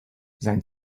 sein